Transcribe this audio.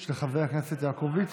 של חבר הכנסת יעקב ליצמן.